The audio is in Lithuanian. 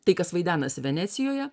tai kas vaidenasi venecijoje